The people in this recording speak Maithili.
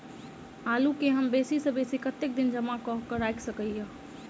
आलु केँ हम बेसी सऽ बेसी कतेक दिन जमा कऽ क राइख सकय